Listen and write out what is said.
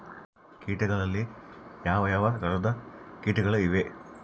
ಕೇಟಗಳಲ್ಲಿ ಯಾವ ಯಾವ ತರಹದ ಕೇಟಗಳು ಇವೆ?